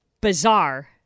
bizarre